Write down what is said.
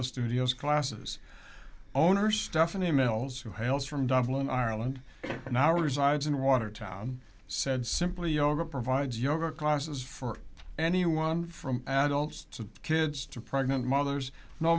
the studio's classes owner stephanie mills who hails from dublin ireland and now resides in watertown said simply yoga provides yoga classes for anyone from adults to kids to pregnant mothers no